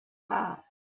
heart